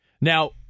Now